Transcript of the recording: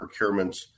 procurements